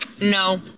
No